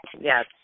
Yes